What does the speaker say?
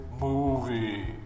movie